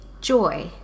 joy